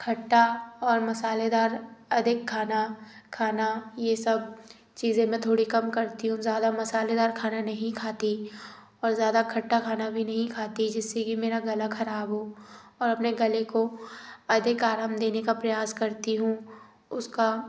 खट्टा और मसालेदार अधिक खाना खाना ये सब चीज़ें में थोड़ी कम करती हूँ ज़्यादा मसालेदार खाना नहीं खाती और ज़्यादा खट्टा खाना भी नहीं खाती जिससे कि मेरा गला खराब हो और अपने गले को अधिक आराम देने का प्रयास करती हूँ उसका